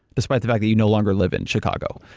despite the fact that you no longer live in chicago,